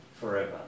forever